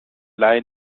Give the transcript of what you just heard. laie